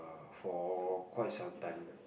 for quite some time